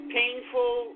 painful